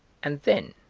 and then